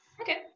Okay